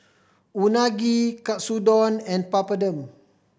Unagi Katsudon and Papadum